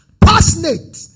passionate